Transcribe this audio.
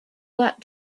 that